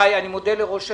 אני מודה לראש העיר.